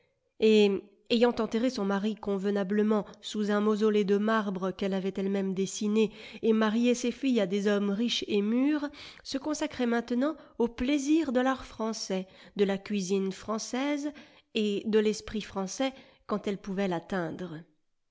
et ayant enterré son mari convenablement sous un mausolée de marbre qu'elle avait elle-même dessiné et marié ses tilles à des hommes riches et mûrs se consacrait maintenant aux plaisirs de l'art français de la cuisine française et de l'esprit français quand elle pouvait l'atteindre